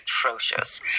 atrocious